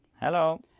Hello